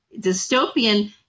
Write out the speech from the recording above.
dystopian